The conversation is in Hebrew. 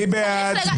מי נגד?